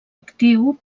actiu